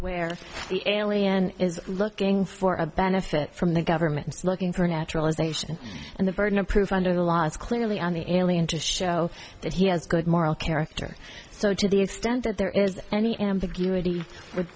where the alien is looking for a benefit from the government looking for naturalization and the burden of proof under the law is clearly on the alien to show that he has good moral character so to the extent that there is any ambiguity with